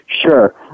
Sure